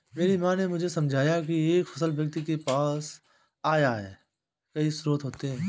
मेरी माँ ने मुझे समझाया की एक सफल व्यक्ति के पास आय के कई स्रोत होते हैं